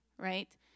Right